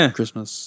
Christmas